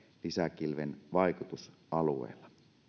lisäkilven vaikutusalueella